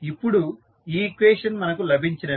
ఇప్పుడు ఈ ఈక్వేషన్ మనకు లభించినది